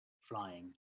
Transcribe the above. flying